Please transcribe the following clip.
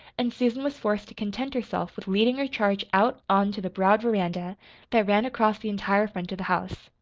and susan was forced to content herself with leading her charge out on to the broad veranda that ran across the entire front of the house.